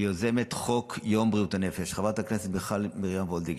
ליוזמת חוק יום בריאות הנפש חברת הכנסת מיכל מרים וולדיגר,